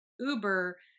uber